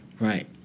Right